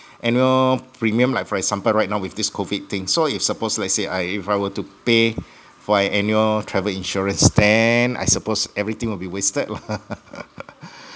annual premium like for example right now with this COVID thing so if suppose let's say I if I were to pay for an annual insurance then I suppose everything will be wasted lah